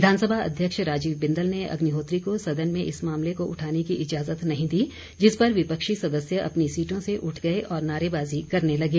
विधानसभा अध्यक्ष राजीव बिंदल ने अग्निहोत्री को सदन में इस मामले को उठाने की इजाजत नहीं दी जिस पर विपक्षी सदस्य अपनी सीटों से उठ गए और नारेबाजी करने लगे